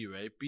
Right